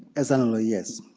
ezeanolue, yes.